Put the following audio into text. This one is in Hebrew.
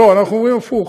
לא, אנחנו אומרים הפוך.